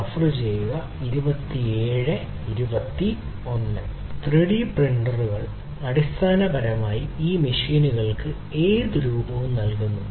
3 D പ്രിന്ററുകൾ അടിസ്ഥാനപരമായി ഈ യന്ത്രങ്ങൾക്ക് 3 ഡി പ്രിന്ററുകൾ ഏത് രൂപവും നൽകുന്നു